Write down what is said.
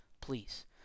please